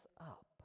up